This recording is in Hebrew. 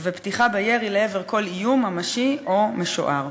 ופתיחה בירי לעבר כל איום ממשי או משוער.